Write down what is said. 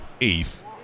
eighth